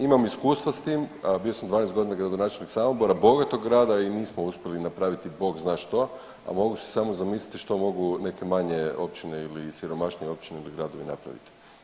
Imam iskustva s tim, bio sam 12 godina gradonačelnik Samobora, bogatog grada i nismo uspjeli napraviti bog zna što, a mogu si samo zamisliti što mogu neke manje općine ili siromašnije općine ili gradovi napraviti.